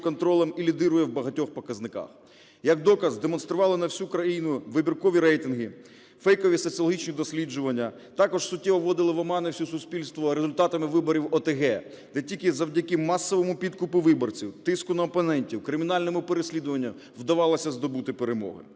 контролем, і лідирує в багатьох показниках. Як доказ демонстрували на всю країну вибіркові рейтинги, фейкові соціологічні дослідження, також суттєво вводили в оману все суспільство результатами виборів в ОТГ, де тільки завдяки масовому підкупу виборців, тиску на опонентів, кримінальному переслідуванню вдавалося здобути перемогу.